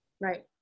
Right